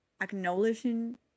acknowledging